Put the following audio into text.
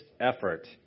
effort